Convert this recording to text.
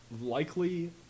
likely